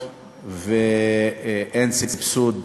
אין סבסוד